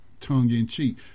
tongue-in-cheek